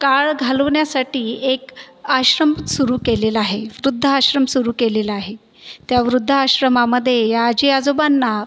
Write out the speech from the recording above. काळ घालवण्यासाठी एक आश्रम सुरु केलेलं आहे वृद्ध आश्रम सुरु केलेला आहे त्या वृद्ध आश्रमामधे या आजीआजोबांना